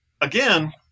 again